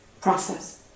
process